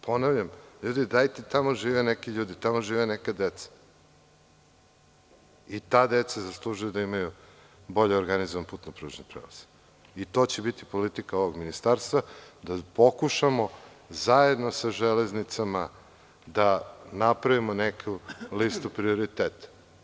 Ponavljam, ljudi, dajte i tamo žive neki ljudi, i tamo žive neka deca i ta deca zaslužuju da imaju bolje organizovan putno-pružni prelaz i to će biti politika ovog ministarstva, da pokušamo zajedno sa „Železnicama“ da napravimo neku listu prioriteta.